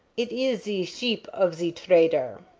it ees ze sheep of ze tradair.